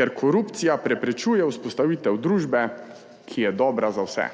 ker korupcija preprečuje vzpostavitev družbe, ki je dobra za vse.